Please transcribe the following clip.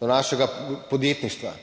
do našega podjetništva?